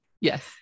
yes